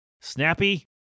snappy